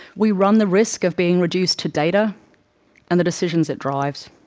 we run the risk of being reduced to data and the decisions it drives.